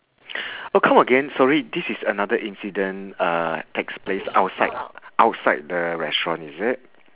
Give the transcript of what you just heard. oh come again sorry this is another incident uh takes place outside outside the restaurant is it